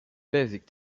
basic